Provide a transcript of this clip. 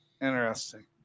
Interesting